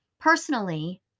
personally